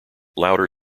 louder